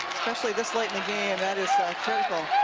especially this late in the game, that is careful.